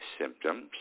symptoms